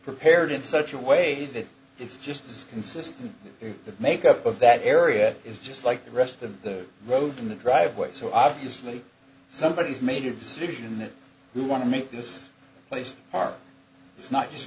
prepared in such a way that it's just as consistent the make up of that area is just like the rest of the road in the driveway so obviously somebody has made a decision that we want to make this place is not just